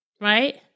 Right